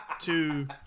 Two